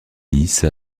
lisse